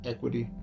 Equity